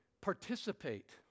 participate